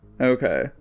Okay